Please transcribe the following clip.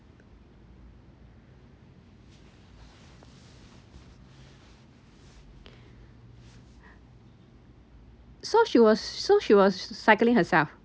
so she was so she was cycling herself